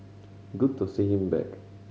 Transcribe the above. good to see him back